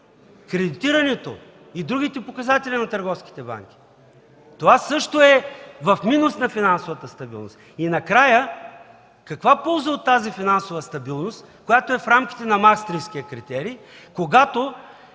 Кредитирането и другите показатели на търговските банки? Това също е в минус на финансовата стабилност. И накрая, каква полза от тази финансова стабилност, която е в рамките на Маастрихтския критерий, когато